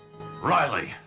Riley